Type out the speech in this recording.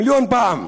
מיליון פעם,